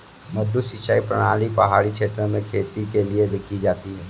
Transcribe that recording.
मडडू सिंचाई प्रणाली पहाड़ी क्षेत्र में खेती के लिए की जाती है